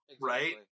right